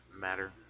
matter